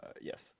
Yes